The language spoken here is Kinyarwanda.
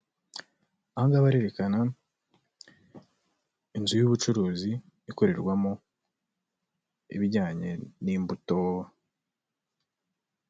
Aha ngaha barerekana inzu y'ubucuruzi ikorerwamo ibijyanye n'imbuto.